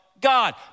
God